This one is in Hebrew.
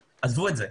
עזבו את זה.